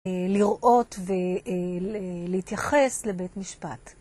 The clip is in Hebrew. לראות ולהתייחס לבית משפט.